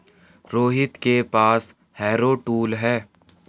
रोहित के पास harrow tool है